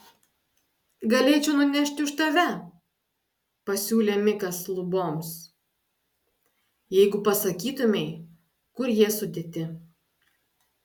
galėčiau nunešti už tave pasiūlė mikas luboms jeigu pasakytumei kur jie sudėti